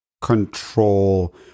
control